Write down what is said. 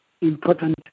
important